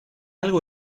algo